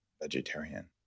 vegetarian